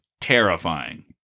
terrifying